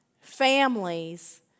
families